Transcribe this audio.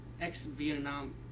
ex-Vietnam